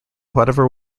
whatever